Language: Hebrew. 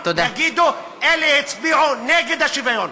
יגידו: אלה הצביעו נגד השוויון.